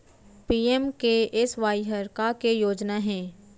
PMKSY हर का के योजना हे?